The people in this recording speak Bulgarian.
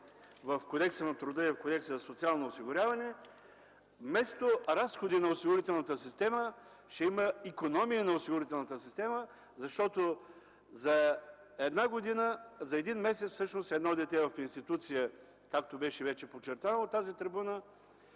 в Кодекса на труда и в Кодекса за социално осигуряване вместо разходи на осигурителната система, ще има икономии на осигурителната система, защото за един месец едно дете в институция, както вече беше подчертано от тази трибуна,